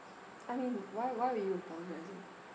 I mean why why were you